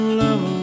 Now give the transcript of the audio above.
love